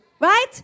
right